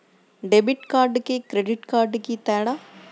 Debit కార్డుకి credit కార్డుకి తేడా?